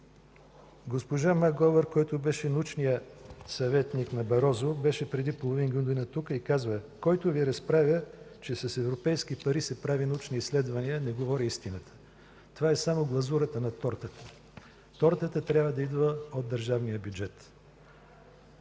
госпожа Глоувър, която беше научният съветник на Барозу, беше преди половин година тук и каза: „Който Ви разправя, че с европейски пари се правят научни изследвания, не говори истината. Това е само глазурата на тортата. Тортата трябва да идва от държавния бюджет.”